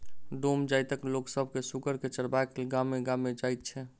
डोम जाइतक लोक सभ सुगर के चरयबाक लेल गामे गाम जाइत छै